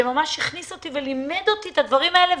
שממש לימד אותי את הדברים האלה,